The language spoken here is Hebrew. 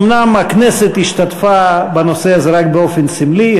אומנם הכנסת השתתפה בנושא הזה רק באופן סמלי,